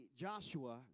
Joshua